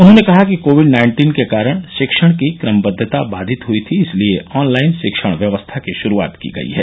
उन्होंने कहा कि कोविड नाइन्टीन के कारण शिक्षण की क्रमबद्धता बाधित हयी थी इसलिये ऑनलाइन शिक्षण व्यवस्था की शुरूआत की गयी है